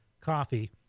coffee